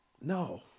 No